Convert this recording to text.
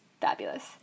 fabulous